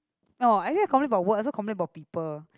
oh I get to complain about work also complain about people